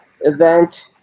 event